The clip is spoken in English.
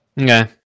Okay